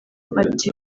ati